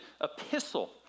epistle